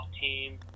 team